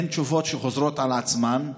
הן תשובות שחוזרות על עצמן,